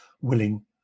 willing